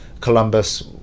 Columbus